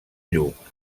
lluc